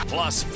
Plus